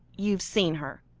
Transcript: you've seen her?